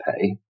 pay